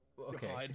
okay